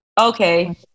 Okay